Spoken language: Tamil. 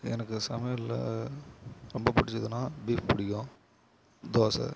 எனக்கு சமையலில் ரொம்ப பிடிச்சதுனா பீஃப் பிடிக்கும் தோசை